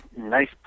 nice